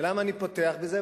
למה אני פותח בזה?